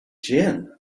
gin